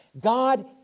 God